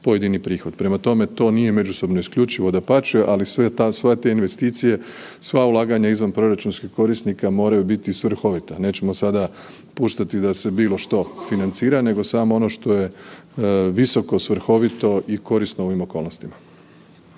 pojedinih prihod. Prema tome, to nije međusobno isključivo, dapače, ali sve te investicije, sva ulaganja izvanproračunskih korisnika moraju biti svrhovita. Nećemo sada puštati da se bilo što financira nego samo ono što je visoko svrhovito i korisno u ovim okolnostima.